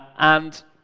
and.